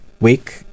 week